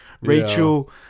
Rachel